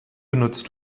benutzt